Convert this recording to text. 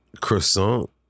Croissant